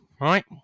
right